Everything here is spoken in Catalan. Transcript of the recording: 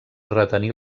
retenir